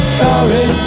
sorry